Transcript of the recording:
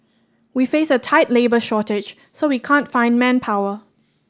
we face a tight labour shortage so we can't find manpower